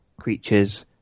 creatures